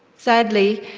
sadly,